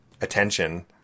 attention